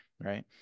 Right